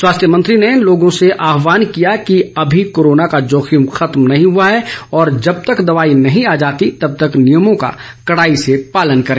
स्वास्थ्य मंत्री ने लोगों से आहवान किया कि अभी कोरोना का जोखिम खत्म नहीं हुआ है और जब तक दवाई नहीं आ जाती तब तक नियमों का कड़ाई से पालन करें